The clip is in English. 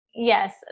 Yes